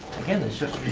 again it's just.